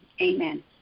amen